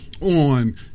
on